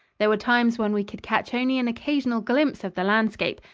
there were times when we could catch only an occasional glimpse of the landscape,